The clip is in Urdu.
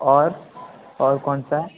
اور اور کون سا ہے